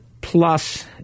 plus